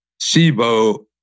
SIBO